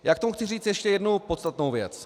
Já k tomu chci říci ještě jednu podstatnou věc.